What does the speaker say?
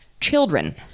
children